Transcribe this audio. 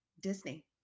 Disney